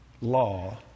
law